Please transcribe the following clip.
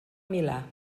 milà